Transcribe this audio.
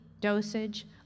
dosage